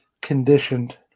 conditioned